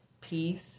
peace